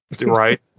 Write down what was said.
Right